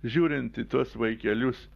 žiūrint į tuos vaikelius